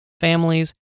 families